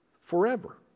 forever